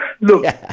Look